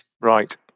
Right